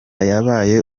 yabaye